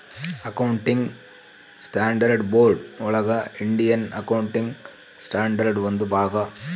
accounting standards board ಒಳಗ Indian accounting standard ಒಂದು ಭಾಗ